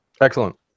Excellent